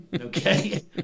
Okay